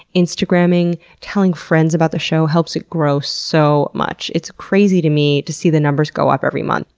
instagramming, telling friends about the show helps it grow so much. it's crazy to me to see the numbers go up every month.